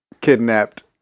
kidnapped